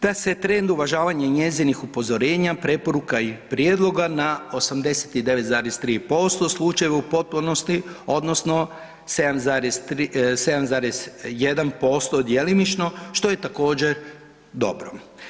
Taj se trend uvažavanja njezinih upozorenja, preporuka i prijedloga na 89,3% slučajeva u potpunosti odnosno 7,1% djelomično, što je također dobro.